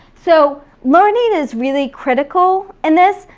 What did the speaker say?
so learning is really critical in this.